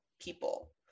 people